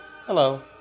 Hello